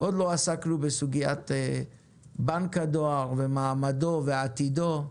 עוד לא עסקנו בסוגיית בנק הדואר, מעמדו ועתידו,